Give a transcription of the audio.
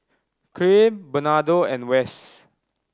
Clint Bernardo and Wess